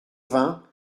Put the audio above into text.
vingts